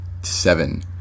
seven